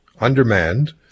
undermanned